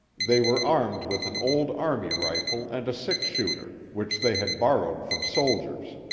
they were armed with an old army rifle and a six-shooter, which they had borrowed from soldiers.